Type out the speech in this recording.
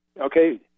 Okay